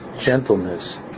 gentleness